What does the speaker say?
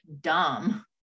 dumb